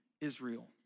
Israel